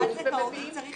כשבוועדת הזכאות צריך